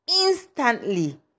instantly